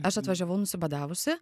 aš atvažiavau nusibadavusi